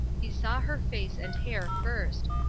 he saw her face and hair first,